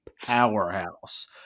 powerhouse